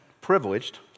privileged